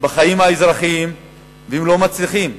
בחיים האזרחיים והם לא מצליחים.